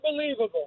unbelievable